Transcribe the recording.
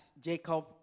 Jacob